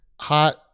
Hot